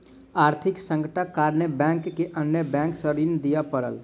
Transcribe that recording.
आर्थिक संकटक कारणेँ बैंक के अन्य बैंक सॅ ऋण लिअ पड़ल